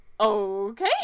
okay